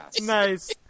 Nice